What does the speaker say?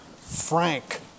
frank